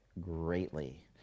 greatly